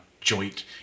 joint